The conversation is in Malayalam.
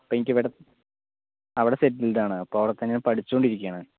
ഇപ്പോഴെനിക്കിവിടെ അവിടെ സെറ്റിൽഡ് ആണ് അപ്പോൾ അവിടെത്തന്നെ പഠിച്ചുകൊണ്ടിരിക്കുകയാണ്